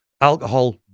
alcohol